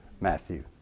Matthew